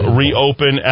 reopen